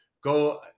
go